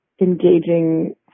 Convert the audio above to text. engaging